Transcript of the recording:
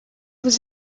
was